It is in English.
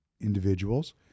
individuals